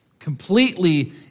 completely